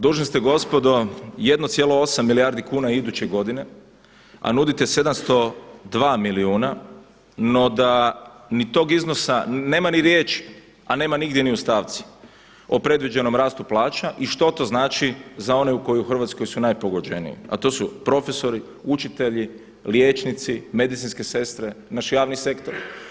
Dužni ste, gospodo, 1,8 milijardi kuna iduće godine, a nudite 702 milijuna, no da ni tog iznosa nema ni riječi, a nema nigdje ni u stavci, o predviđenom rastu plaća, i što to znači za one koji su u Hrvatskoj najpogođeniji, a to su profesori, učitelji, liječnici, medicinske sestre, naš javni sektor.